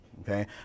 Okay